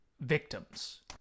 victims